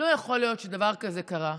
לא יכול להיות שדבר כזה קרה.